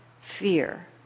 fear